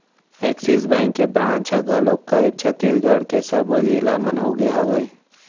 Axis bank के branch ह घलोक करीब छत्तीसगढ़ के सब्बो जिला मन होगे हवय